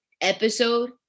episode